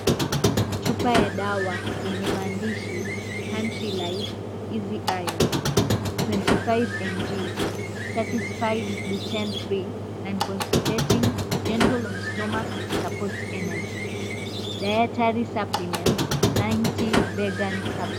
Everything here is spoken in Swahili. Chupa ya dawa yenye mahandishi, "Country Life – Easy Iron, 25 mg satisfies gluten-free and constipating, gentle on stomach, supports energy, dietary supplement, 90 vegan herbs ."